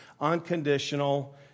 unconditional